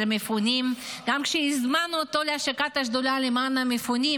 המפונים גם כשהזמנו אותו להשקת השדולה למען המפונים,